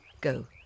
Go